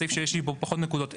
שיש בו פחות נקודות.